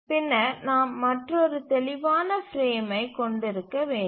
பின்னர் நாம் மற்றொரு தெளிவான பிரேம்மை கொண்டிருக்க வேண்டும்